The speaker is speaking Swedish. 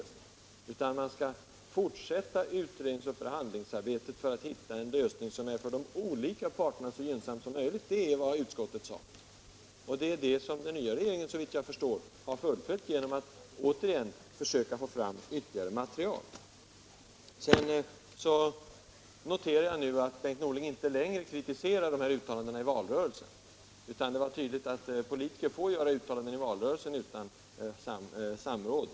Vad utskottet sade var i stället att man skulle fortsätta utredningsoch förhandlingsarbetet för att hitta en för de olika parterna så gynnsam lösning som möjligt. Det är såvitt jag förstår också det som den nya regeringen har fullföljt genom att försöka få fram ytterligare material. Vidare noterar jag att Bengt Norling nu inte längre kritiserar uttalandena i valrörelsen. Det är tydligt att politiker i valrörelsen får göra uttalanden utan föregående samråd.